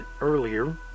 earlier